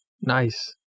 Nice